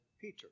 Peter